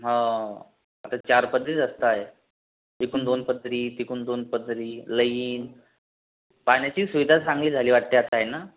हो आता चार पदरी रस्ता आहे इकून दोन पदरी तिकून दोन पदरी लईन पाण्याची सुविधाही चांगली झाली वाटते आता आहे ना